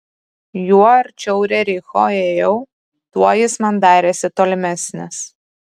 juo arčiau rericho ėjau tuo jis man darėsi tolimesnis